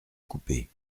couper